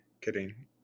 kidding